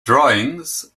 drawings